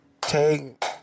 Take